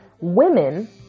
women